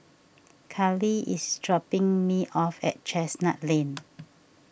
Carleigh is dropping me off at Chestnut Lane